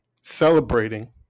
celebrating